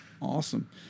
awesome